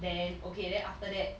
then okay then after that she